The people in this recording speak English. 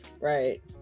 right